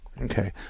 Okay